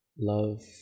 Love